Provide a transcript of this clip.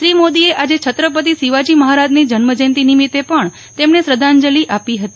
શ્રી મોદીએ આજે છત્રપતિ શિવાજી મહારાજની જન્મજયંતિ નિમિત્તે પણ તેમને શ્રદ્ધાંજલિ આપી હતી